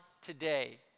today